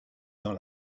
dans